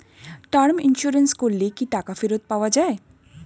Term insurance করলে কি টাকা ফেরত পাওয়া যায়?